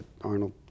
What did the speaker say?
Arnold